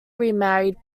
remarried